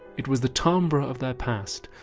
it was the timbre of their past,